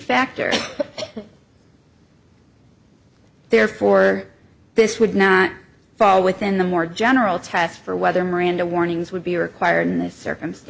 factor therefore this would not fall within the more general test for whether miranda warnings would be required in this circumstance